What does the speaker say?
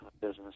business